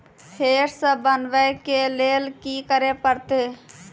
फेर सॅ बनबै के लेल की करे परतै?